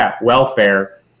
welfare